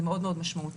זה מאוד מאוד משמעותי.